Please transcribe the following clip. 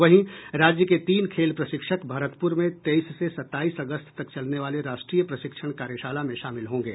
वहीं राज्य के तीन खेल प्रशिक्षक भरतपुर में तेईस से सत्ताईस अगस्त तक चलने वाले राष्ट्रीय प्रशिक्षण कार्यशाला में शामिल होंगे